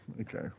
Okay